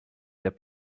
their